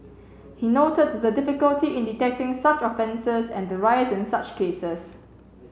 he noted the difficulty in detecting such offences and the rise in such cases